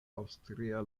aŭstria